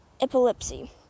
epilepsy